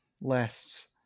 lasts